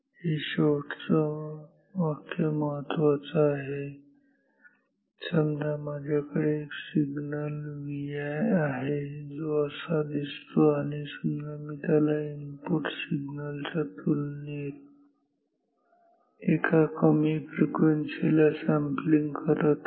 हे शेवटचं महत्त्वाचं वाक्य आहे समजा माझ्याकडे एक सिग्नल Vi आहे जो असा दिसतो आणि समजा मी त्याला इनपुट सिग्नल च्या तुलनेत एका कमी फ्रिक्वेन्सी ला सॅम्पलिंग करत आहे